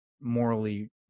morally